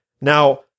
Now